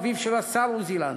אביו של השר עוזי לנדאו.